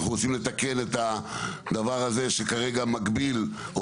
אנחנו רוצים לתקן את הדבר הזה שכרגע מגביל או